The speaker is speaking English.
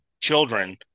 children